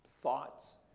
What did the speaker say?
thoughts